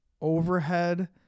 overhead